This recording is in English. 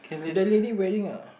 the lady wearing a